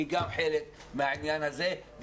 היא גם חלק מהעניין הזה.